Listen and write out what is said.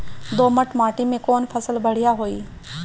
दोमट माटी में कौन फसल बढ़ीया होई?